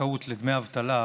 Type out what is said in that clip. הזכאות לדמי אבטלה.